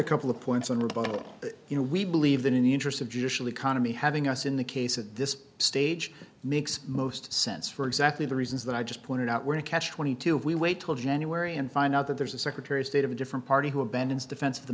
a couple of points on rebuttal you know we believe that in the interest of judicial economy having us in the case at this stage makes most sense for exactly the reasons that i just pointed out we're in a catch twenty two if we wait till january and find out that there's a secretary of state of a different party who abandons defense of the